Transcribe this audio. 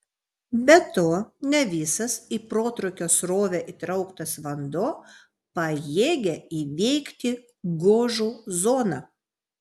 be to ne visas į protrūkio srovę įtrauktas vanduo pajėgia įveikti gožų zoną